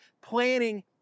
planning